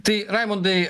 tai raimundai